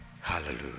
Hallelujah